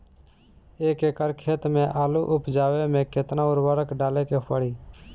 एक एकड़ खेत मे आलू उपजावे मे केतना उर्वरक डाले के पड़ी?